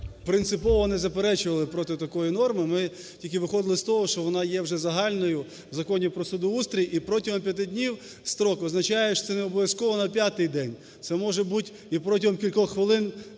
принципово не заперечували проти такої норми. Ми тільки виходили з того, що вона є вже загальною в Законі про судоустрій, і протягом 5 днів строк визначає, що це не обов'язково на п'ятий день, це може бути і протягом кількох хвилин